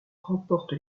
remporte